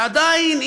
שעדיין,